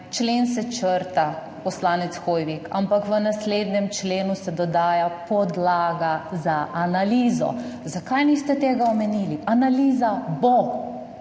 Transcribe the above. Člen se črta, poslanec Hoivik, ampak v naslednjem členu se dodaja podlaga za analizo. Zakaj niste tega omenili? Analiza bo,